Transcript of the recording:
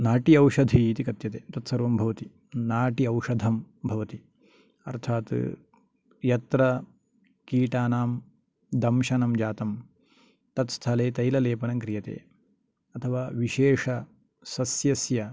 नाड्यौषधी इति कथ्यते तत् सर्वं भवति नाड्यौषधं भवति अर्थात् यत्र कीटानां दंशनं जातं तत् स्थले तैललेपनं क्रीयते अथवा विशेष सस्यस्य